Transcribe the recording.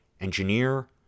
engineer